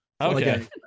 Okay